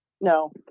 No